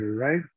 right